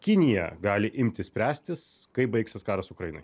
kinija gali imti spręstis kaip baigsis karas ukrainoj